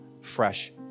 fresh